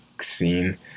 scene